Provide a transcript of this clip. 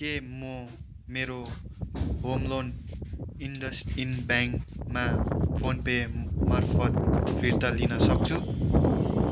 के म मेरो होम लोन इन्डसइन्ड ब्याङ्कमा फोन पेमार्फत फिर्ता लिन सक्छु